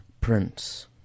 Prince